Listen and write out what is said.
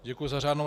Děkuji za řádnou.